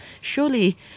Surely